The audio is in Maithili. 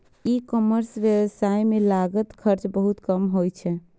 ई कॉमर्स व्यवसाय मे लागत खर्च बहुत कम होइ छै